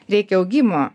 reikia augimo